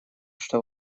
что